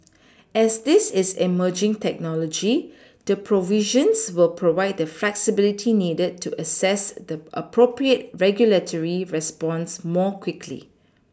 as this is emerging technology the provisions will provide the flexibility needed to assess the appropriate regulatory response more quickly